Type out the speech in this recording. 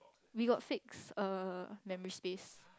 we got fixed er memory space